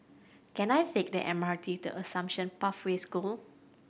can I take the M R T to Assumption Pathway School